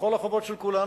בכל החובות של כולנו,